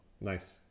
Nice